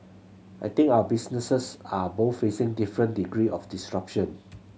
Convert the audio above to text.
I think our businesses are both facing different degree of disruption